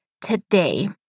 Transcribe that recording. today